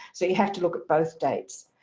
so you have to look at both dates.